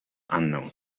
unknown